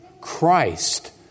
Christ